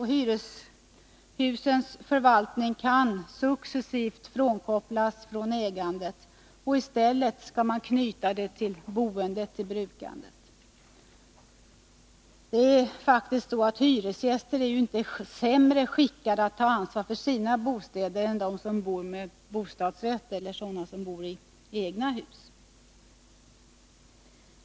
Hyreshusens förvaltning kan successivt frikopplas från ägandet och i stället knytas till boendet/brukandet. Hyresgästerna är faktiskt inte sämre skickade att ta ansvar för sina bostäder än de som bor med bostadsrätt eller i eget hus.